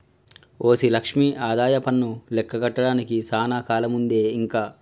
OC Lakshmi ఆదాయపన్ను లెక్క కట్టడానికి సానా కాలముందే ఇంక